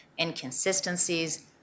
inconsistencies